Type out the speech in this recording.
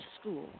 school